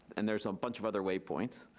and there's a bunch of other way points.